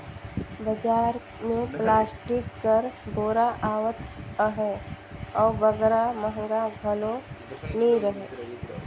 बजार मे पलास्टिक कर बोरा आवत अहे अउ बगरा महगा घलो नी रहें